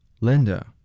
Linda